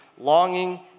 longing